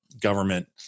government